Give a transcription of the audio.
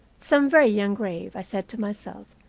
some very young grave, i said to myself,